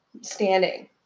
standing